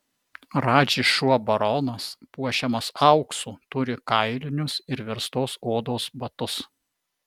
radži šuo baronas puošiamas auksu turi kailinius ir verstos odos batus